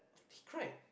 he cried